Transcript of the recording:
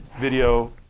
video